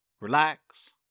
relax